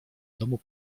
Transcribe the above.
domu